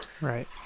right